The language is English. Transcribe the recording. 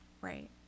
right